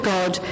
God